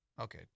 Okay